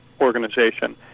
Organization